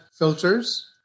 filters